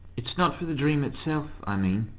it's not for the dream itself i mean,